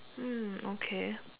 mm okay